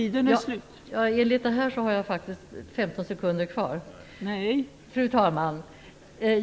Fru talman!